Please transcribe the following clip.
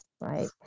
Right